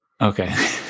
Okay